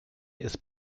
ist